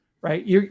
Right